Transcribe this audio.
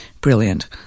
brilliant